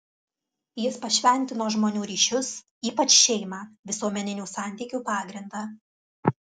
jis pašventino žmonių ryšius ypač šeimą visuomeninių santykių pagrindą